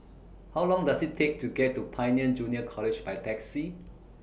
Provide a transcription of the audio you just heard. How Long Does IT Take to get to Pioneer Junior College By Taxi